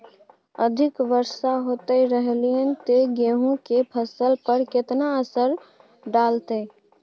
अधिक वर्षा होयत रहलनि ते गेहूँ के फसल पर केतना असर डालतै?